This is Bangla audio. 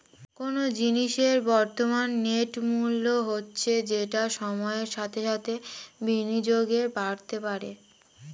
কোনো জিনিসের বর্তমান নেট মূল্য হচ্ছে যেটা সময়ের সাথে সাথে বিনিয়োগে বাড়তে পারে